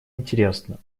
интересно